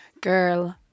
girl